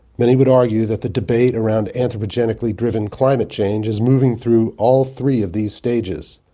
many would argue that the debate around anthropogenically driven climate change is moving through all three of these stages.